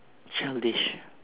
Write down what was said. childish